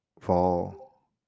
fall